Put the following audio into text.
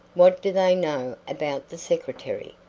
what do they know about the secretary?